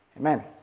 Amen